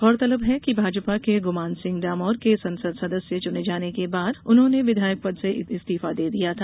गौरतलब है कि भाजपा के गमान सिंह डामोर के संसद सदस्य चुने जाने के बाद उन्होंने विधायक पद से इस्तीफा दे दिया था